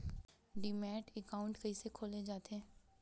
Demat account कइसे खोले जाथे?